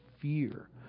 fear